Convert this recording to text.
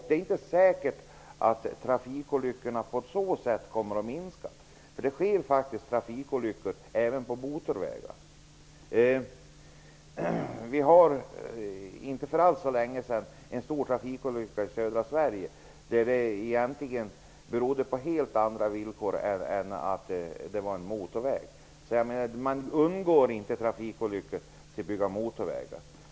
Det är inte säkert att trafikolyckorna då kommer att minska. Trafikolyckor händer även på motorvägar. Det var för inte så länge sedan en stor trafikolycka i södra Sverige på en motorväg. Man undgår inte trafikolyckor genom att bygga motorvägar.